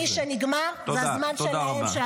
הזמן של מי שנגמר זה הזמן שלהם,